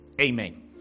Amen